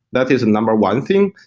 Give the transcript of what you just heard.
that is number one thing.